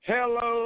Hello